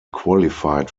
qualified